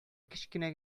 кечкенә